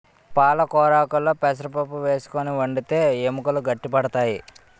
పాలకొరాకుల్లో పెసరపప్పు వేసుకుని వండితే ఎముకలు గట్టి పడతాయి